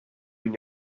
when